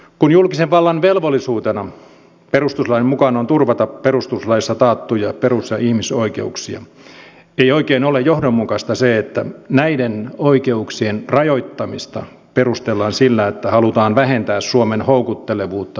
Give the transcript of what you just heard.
kun julkisen vallan velvollisuutena perustuslain mukaan on turvata perustuslaissa taattuja perus ja ihmisoikeuksia ei oikein ole johdonmukaista se että näiden oikeuksien rajoittamista perustellaan sillä että halutaan vähentää suomen houkuttelevuutta turvapaikanhakumaana